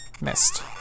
Missed